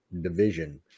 division